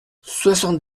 soixante